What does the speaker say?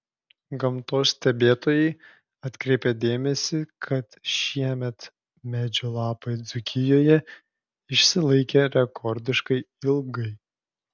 gamtos stebėtojai atkreipė dėmesį kad šiemet medžių lapai dzūkijoje išsilaikė rekordiškai ilgai